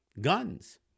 guns